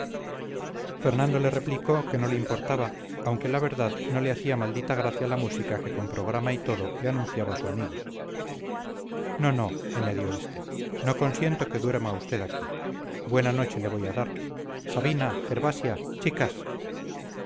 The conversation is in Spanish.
fernando le replicó que no le importaba aunque la verdad no le hacía maldita la gracia la música que con programa y todo le anunciaba su amigo no no añadió este no consiento que duerma usted aquí buena noche le voy a dar sabina gervasia chicas